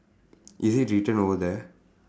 is it written over there